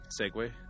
segue